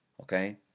okay